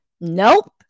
Nope